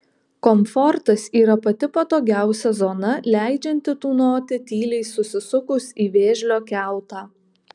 komfortas yra pati patogiausia zona leidžianti tūnoti tyliai susisukus į vėžlio kiautą